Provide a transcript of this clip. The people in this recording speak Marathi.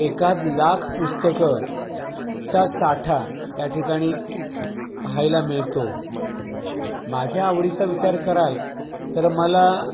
एखाद लाख पुस्तकंचा साठा त्या ठिकाणी पाहायला मिळतो माझ्या आवडीचा विचार कराल तर मला